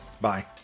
Bye